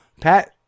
Pat